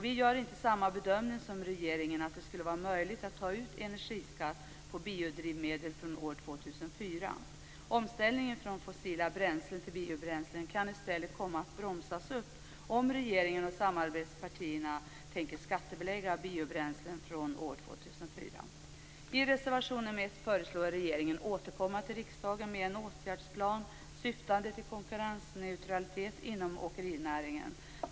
Vi gör inte samma bedömning som regeringen, dvs. att det skulle vara möjligt att ta ut energiskatt på biodrivmedel från år 2004. Omställningen från fossila bränslen till biobränslen kan i stället komma att bromsas upp om regeringen och samarbetspartierna skattebelägger biobränslen från år 2004. I reservation nr 1 föreslås regeringen återkomma till riksdagen med en åtgärdsplan, syftande till konkurrensneutralitet inom åkerinäringen.